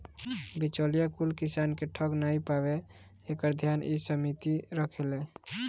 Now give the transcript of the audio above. बिचौलिया कुल किसान के ठग नाइ पावे एकर ध्यान इ समिति रखेले